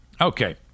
Okay